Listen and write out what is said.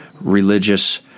religious